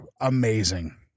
amazing